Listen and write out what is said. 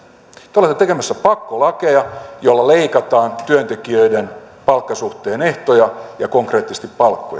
te olette tekemässä pakkolakeja joilla leikataan työntekijöiden palkkasuhteen ehtoja ja konkreettisesti palkkoja